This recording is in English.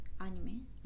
anime